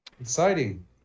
Exciting